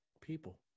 People